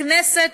הכנסת,